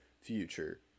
future